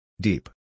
Deep